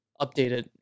updated